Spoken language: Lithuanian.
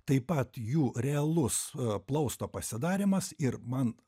taip pat jų realus plausto pasidarymas ir man